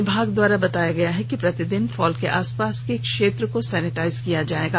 विभाग द्वारा बताया गया कि प्रतिदिन फॉल के आसपास के क्षेत्र को सैनिटाइज किया जाएगा